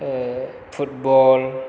football